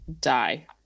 die